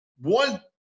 One